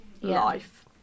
life